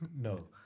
No